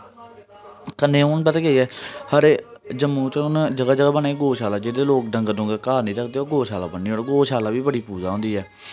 कन्नै हून पता केह् ऐ साढ़े जम्मू च हून जगह जगह बना दी गौऽ शाला जेह्डे़ लोक डंगर घर नेईं रखदे ओह् गौऽ शाला बनी ओड़ो गौऽ शाला बी बड़ी पूजा होंदी ऐ